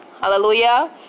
Hallelujah